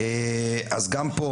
אז גם פה,